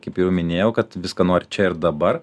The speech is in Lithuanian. kaip jau minėjau kad visko nori čia ir dabar